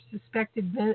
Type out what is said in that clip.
suspected